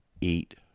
eat